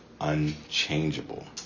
unchangeable